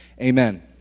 Amen